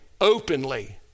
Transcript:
openly